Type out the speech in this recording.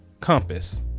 compass